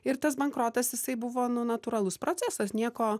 ir tas bankrotas jisai buvo nu natūralus procesas nieko